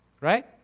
right